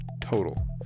total